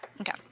Okay